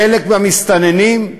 חלק מהמסתננים,